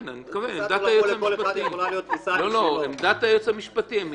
כן, עמדת היועץ המשפטי.